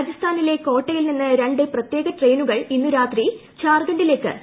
രാജസ്ഥാനിലെ കോട്ടയിൽ നിന്ന് രണ്ട് പ്രത്യേക ട്രെയിനുകൾ ഇന്നു രാത്രി ജാർഖണ്ഡിലേക്ക് തിരിക്കും